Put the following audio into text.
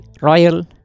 Royal